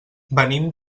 venim